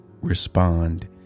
respond